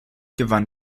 gewann